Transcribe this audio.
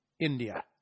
India